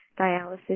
dialysis